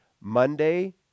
Monday